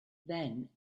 then